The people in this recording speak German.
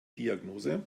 diagnose